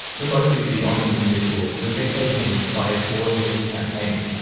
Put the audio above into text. we mostly see honest individuals who have been taken in by a calculated campaign,